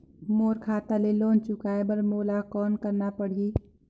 मोर खाता ले लोन चुकाय बर मोला कौन करना पड़ही?